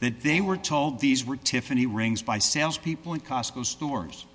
that they were told these were tiffany rings by salespeople and cosco stores